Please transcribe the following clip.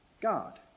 God